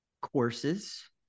courses